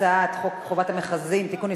חוק חובת המכרזים (תיקון,